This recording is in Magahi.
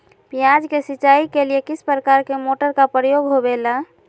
प्याज के सिंचाई के लिए किस प्रकार के मोटर का प्रयोग होवेला?